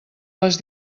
les